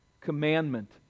commandment